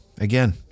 Again